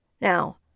Now